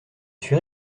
suis